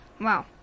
Wow